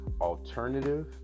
alternative